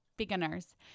beginners